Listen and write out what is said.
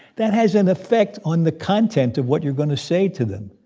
that has an effect on the content of what you're going to say to them.